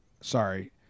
Sorry